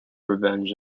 revenge